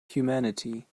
humanity